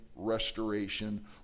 restoration